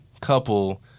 couple